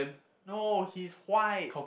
no he's white